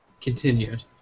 continued